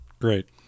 great